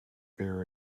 bear